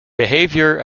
behaviour